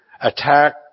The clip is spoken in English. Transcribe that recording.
attack